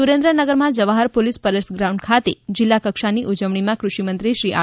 સુરેન્દ્રનગરમાં Jawahar police parade ground ખાતે જિલ્લા કક્ષાની ઉજવણીનમાં દૃષિમંત્રી શ્રી આર